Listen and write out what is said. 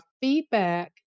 feedback